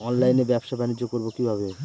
অনলাইনে ব্যবসা বানিজ্য করব কিভাবে?